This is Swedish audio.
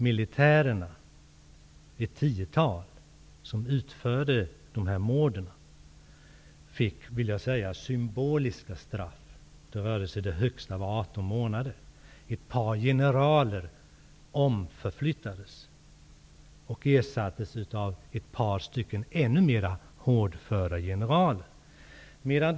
De tiotal militärer som utförde dessa mord fick symboliska straff. Det högsta var på 18 månader. Ett par generaler omflyttades och ersattes av ett par ännu mer hårdföra generaler.